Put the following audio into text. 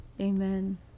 amen